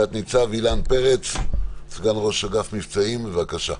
תת-ניצב אילן פרץ סגן ראש אגף מבצעים, בבקשה.